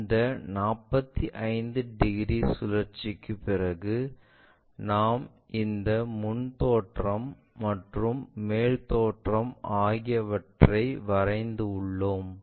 இந்த 45 டிகிரி சுழற்சிக்கு பிறகு நாம் இந்த முன் தோற்றம் மற்றும் மேல் தோற்றம் ஆகியவற்றை வரைந்து உள்ளோம்